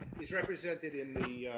he's represented in the,